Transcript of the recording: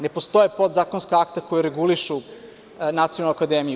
Ne postoje podzakonska akta koja regulišu Nacionalnu akademiju.